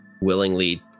willingly